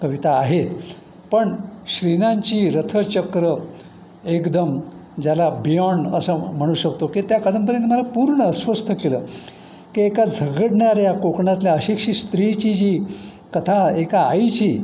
कविता आहेत पण श्री नांची रथचक्र एकदम ज्याला बियाँड असं म्हणू शकतो की त्या कादंबरीनं मला पूर्ण अस्वस्थ केलं की एका झगडणाऱ्या कोकणातल्या अशिक्षित स्त्रीची जी कथा एका आईची